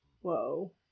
Whoa